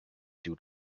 due